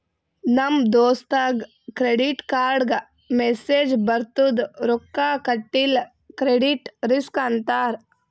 ನಮ್ ದೋಸ್ತಗ್ ಕ್ರೆಡಿಟ್ ಕಾರ್ಡ್ಗ ಮೆಸ್ಸೇಜ್ ಬರ್ತುದ್ ರೊಕ್ಕಾ ಕಟಿಲ್ಲ ಕ್ರೆಡಿಟ್ ರಿಸ್ಕ್ ಅಂತ್